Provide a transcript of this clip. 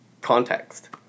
context